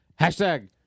hashtag